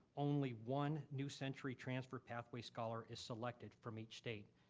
only one new century transfer pathway scholar is selected from each state,